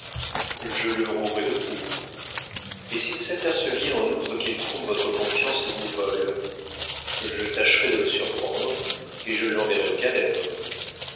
je le rouerais de coups et si vous aperceviez en outre qu'il trompe votre confiance et vous vole je tâcherais de le surprendre et je l'enverrais aux galères